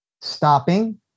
stopping